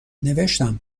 نوشتم